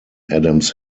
adams